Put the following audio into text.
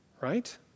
right